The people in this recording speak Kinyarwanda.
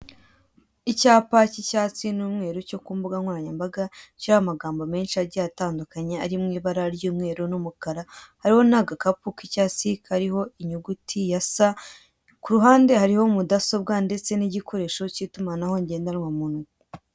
Icyapa cy'icyatsi n'umweru cyo ku mbuga nkoranyambaga, kiriho amagambo menshi agiye atandukanye ari mu ibara ry'umweru n'umukara, hariho n'agakapu k'icyatsi kariho inyuguti ya sa, kuruhande hariho mudasobwa ndetse n'igikoresho cy'itumanaho ngendanwa mu ntoki.